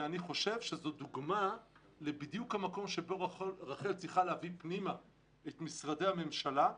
אני חושב שזאת דוגמה למקום שבו רח"ל צריכה להביא פנימה את משרדי הממשלה,